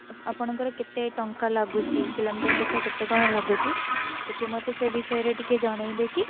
ଆପଣଙ୍କର କେତେ ଟଙ୍କା ଲାଗୁଛି କିଲୋମିଟର୍ ପିଛା କେତେ କଣ ଲାଗୁଛି ଟିକେ ମୋତେ ସେ ବିଷୟରେ ଟିକେ ମୋତେ ଜଣେଇବେ କି